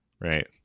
right